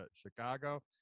Chicago